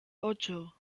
ocho